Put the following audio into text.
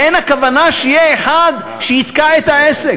ואין הכוונה שיהיה אחד שיתקע את העסק,